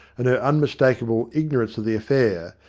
and her unmistakable ignorance of the affair,